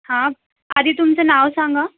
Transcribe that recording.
हां आधी तुमचं नाव सांगा